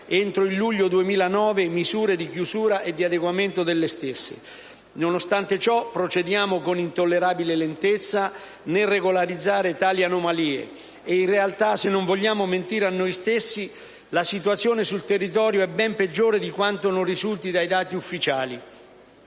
entro il luglio 2009 misure di chiusura o di adeguamento delle stesse. Nonostante ciò procediamo con intollerabile lentezza nel regolarizzare tali anomalie e in realtà, se non vogliamo mentire a noi stessi, la situazione sul territorio è ben peggiore di quanto non risulti dai dati ufficiali: